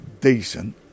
decent